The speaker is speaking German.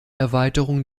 erweiterung